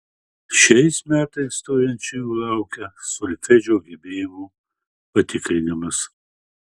šiais metais stojančiųjų laukia solfedžio gebėjimų patikrinimas